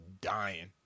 dying